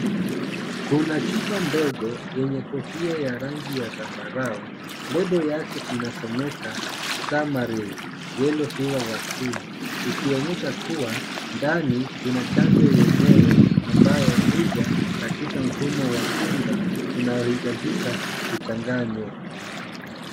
Kuna chupa ndogo yenye kofia ya rangi ya zambarau. Lebo yake inasomeka [c]s stamaril yellow fever vaccine ikionyesha kuwa ndani kuna chanjo yenyewe ambayo huja katika mfumo wa unga unayohitajika kuchanganywa.